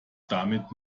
damit